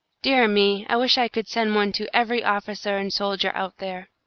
dear me! i wish i could send one to every officer and soldier out there.